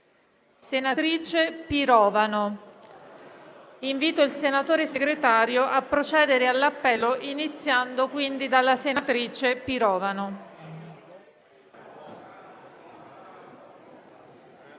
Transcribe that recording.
senatrice Pirovano).* Invito il senatore Segretario a procedere all'appello, iniziando dalla senatrice Pirovano.